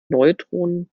neutronen